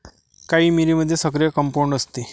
काळी मिरीमध्ये सक्रिय कंपाऊंड असते